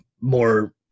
more